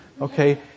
Okay